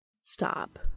Stop